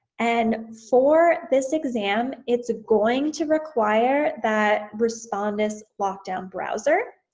and for this exam it's going to require that respondus lockdown browser.